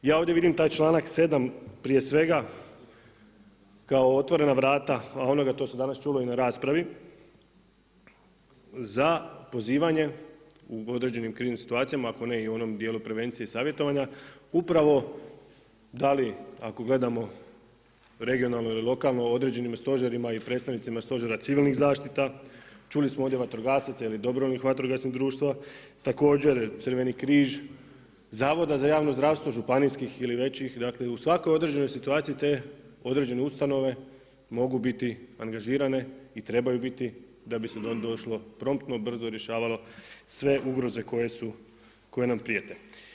Ja ovdje vidim taj članak 7. prije svega kao otvorena vrata onoga, a to se danas čulo i na raspravi za pozivanje u određenim kriznim situacijama ako ne i u onom dijelu prevencije i savjetovanja upravo da li ako gledamo regionalno ili lokalno u određenim stožerima i predstavnicima stožera civilnih zaštita, čuli smo ovdje vatrogasaca ili dobrovoljnih vatrogasnih društva, također Crveni križ, Zavoda za javno zdravstvo županijskih ili većih, dakle u svakoj određenoj situaciji te određene ustanove mogu biti angažirane da bi se došlo, promptno brzo rješavalo sve ugroze koje nam prijete.